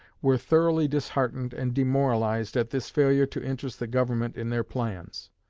were thoroughly disheartened and demoralized at this failure to interest the government in their plans.